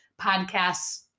podcasts